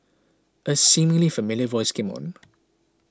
a seemingly familiar voice came on